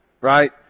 Right